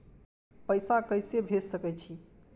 पैसा के से भेज सके छी?